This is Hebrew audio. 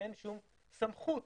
אין שום סמכות